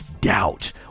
doubt